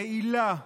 רעילה.